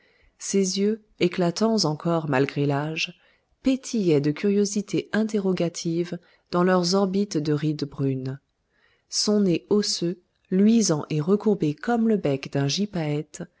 ses yeux éclatants encore malgré l'âge pétillaient de curiosité interrogative dans leurs orbites de rides brunes son nez osseux luisant et recourbé comme le bec d'un